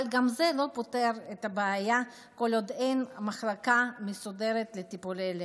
אבל גם זה לא פותר את הבעיה כל עוד אין מחלקה מסודרת לטיפולי לב.